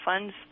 funds